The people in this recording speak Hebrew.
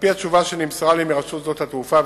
על-פי התשובה שנמסרה לי מרשות שדות התעופה,